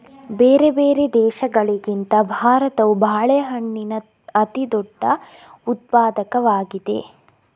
ಬೇರೆ ದೇಶಗಳಿಗಿಂತ ಭಾರತವು ಬಾಳೆಹಣ್ಣಿನ ಅತಿದೊಡ್ಡ ಉತ್ಪಾದಕವಾಗಿದೆ